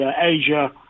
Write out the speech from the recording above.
Asia